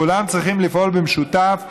כולם צריכים לפעול במשותף ובסינכרוניזציה.